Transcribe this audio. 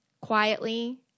quietly